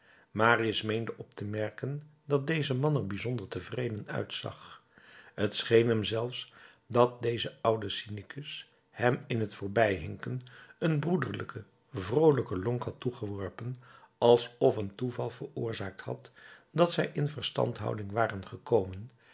marius meende op te merken dat deze man er bijzonder tevreden uitzag t scheen hem zelfs dat deze oude synicus hem in t voorbijhinken een broederlijken vroolijken lonk had toegeworpen alsof een toeval veroorzaakt had dat zij in verstandhouding waren gekomen